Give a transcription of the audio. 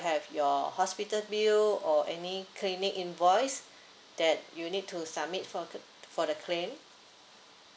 have your hospital bill or any clinic invoice that you need to submit for cl~ for the claim